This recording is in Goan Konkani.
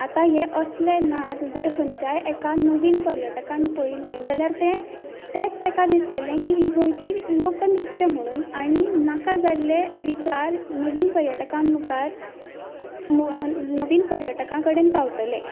आतां हे असले नाच जर खंयच्याय एका नवीन पर्यटकान पळयले जाल्यार ते तेंच ताका दिसतलें की ही गोंयची लोकनृत्य म्हणून आनी नाका जाल्ले विचार नवीन पर्यटकां मुखार नवीन पर्यटकां कडेन पावतले